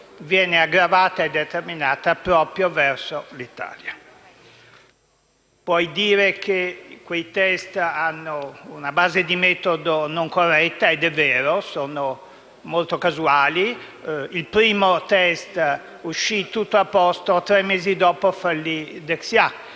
viene aggravata e determinata proprio verso l'Italia. Si può dire che quei *test* hanno una base di metodo non corretta ed è vero, sono molto casuali. Dal primo *test* risultò tutto in ordine e tre mesi dopo fallì Dexia.